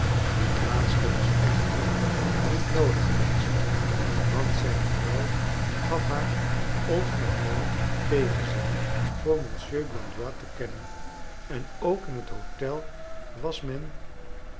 dit laatste was echter niet noodig geweest want zijne vrouw gaf haar onverholen tegenzin voor monsieur blandois te kennen en ook in het hotel was men